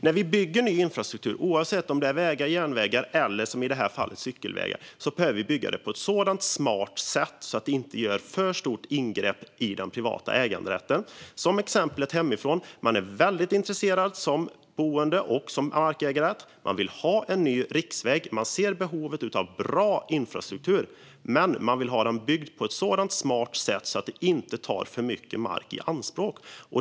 När vi bygger ny infrastruktur - oavsett om det är vägar, järnvägar eller, som i det här fallet, cykelvägar - behöver vi bygga den på ett sådant smart sätt att vi inte gör ett för stort ingrepp i den privata äganderätten. Jag tar exemplet hemifrån, där man som boende och markägare är väldigt intresserad och vill ha en ny riksväg. Man ser behovet av bra infrastruktur, men man vill ha den byggd på ett sådant smart sätt att den inte tar för mycket mark i anspråk.